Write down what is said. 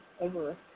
over